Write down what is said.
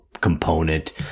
component